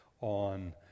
on